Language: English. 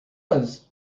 was